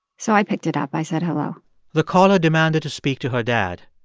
so i picked it up. i said, hello the caller demanded to speak to her dad.